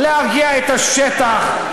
להרגיע את השטח,